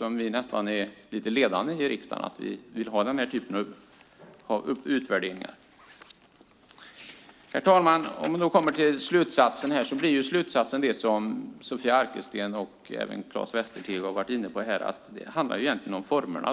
Vi är nästan lite ledande i riksdagen med att vilja ha den här typen av utvärderingar. Herr talman! Slutsatsen blir det som Sofia Arkelsten och Claes Västerteg varit inne på: att det egentligen handlar om formerna,